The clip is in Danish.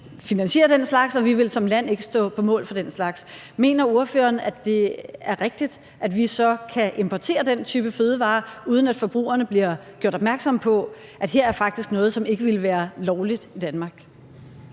finansiere den slags, og vi vil som land ikke stå på mål for den slags. Mener ordføreren, at det er rigtigt, at vi så kan importere den type fødevarer, uden at forbrugerne bliver gjort opmærksom på, at her er faktisk noget, som ikke ville være lovligt i Danmark?